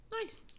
Nice